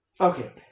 Okay